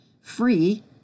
free